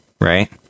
right